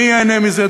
מי ייהנה מזה?